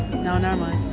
no nevermind.